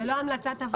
זאת לא המלצת הוועדה.